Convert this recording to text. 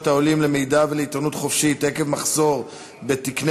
העולים למידע ולעיתונות חופשית עקב מחסור בתקני